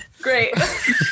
Great